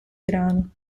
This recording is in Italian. grano